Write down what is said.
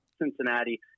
Cincinnati